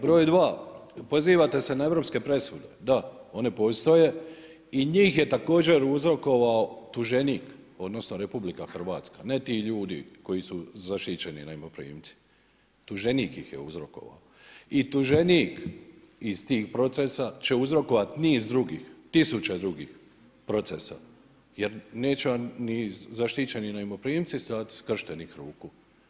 Broj dva, pozivate se na europske presude, da one postoje i njih je također uzrokovao tuženik, odnosno Republika Hrvatska, ne ti ljudi koji su zaštićeni najmoprimci, tuženik ih je uzrokovao i tuženik iz tih procesa će uzrokovat niz drugih, tisuća drugih procesa, jer neće vam ni zaštićeni najmoprimci stajat skrštenih ruku.